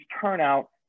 turnout